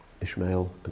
Ishmael